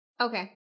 okay